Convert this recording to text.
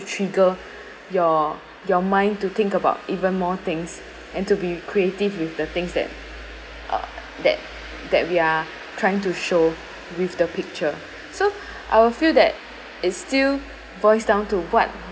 trigger your your mind to think about even more things and to be creative with the things that uh that that we are trying to show with the picture so I will feel that it's still boils down to what